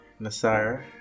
Nasara